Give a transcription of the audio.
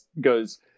goes